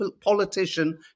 politician